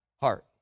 heart